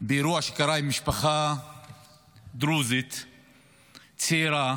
באירוע שקרה עם משפחה דרוזית צעירה,